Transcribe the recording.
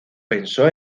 pensó